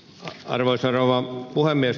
arvoisa rouva puhemies